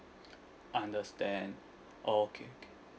understand okay okay